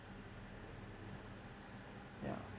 ya